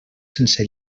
sense